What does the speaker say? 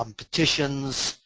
um petitions,